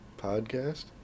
Podcast